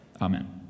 Amen